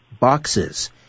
Boxes